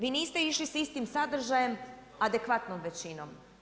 Vi niste išli s istim sadržajem adekvatnom većinom.